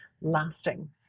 lasting